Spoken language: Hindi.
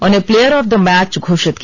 उन्हें प्लेयर ऑफ द मैच घोषित किया